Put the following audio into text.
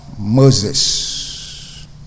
Moses